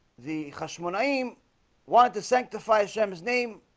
the cosmonium wanted to sanctify shams name.